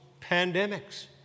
pandemics